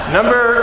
Number